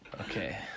Okay